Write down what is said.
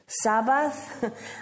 Sabbath